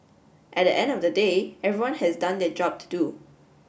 at the end of the day everyone has done their job to do